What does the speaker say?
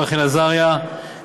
רחל עזריה,